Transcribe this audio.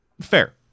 Fair